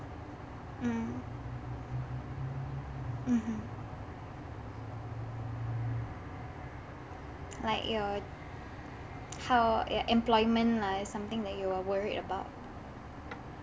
mm mmhmm like your how yo~ employment lah it's something that you are worried about